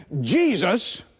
Jesus